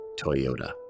Toyota